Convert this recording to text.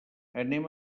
anem